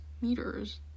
meters